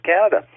Canada